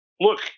look